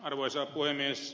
arvoisa puhemies